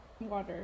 water